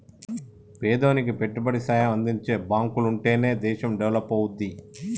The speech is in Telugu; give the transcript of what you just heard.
పేదోనికి పెట్టుబడి సాయం అందించే బాంకులుంటనే దేశం డెవలపవుద్ది